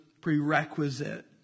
prerequisite